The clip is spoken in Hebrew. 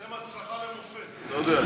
אתם הצלחה למופת, אתה יודע.